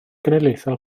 genedlaethol